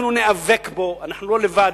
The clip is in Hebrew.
אנחנו ניאבק בו, ואנחנו לא לבד.